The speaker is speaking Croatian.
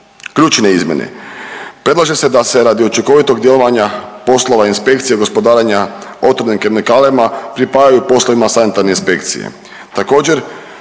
Ključne izmjene, predlaže se da se radi učinkovitog djelovanja poslova inspekcije gospodarenja otrovnim kemikalijama pripajaju poslovima sanitarne inspekcije.